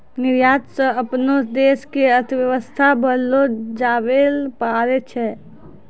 निर्यात स अपनो देश के अर्थव्यवस्था बढ़ैलो जाबैल पारै छै